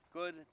good